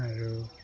আৰু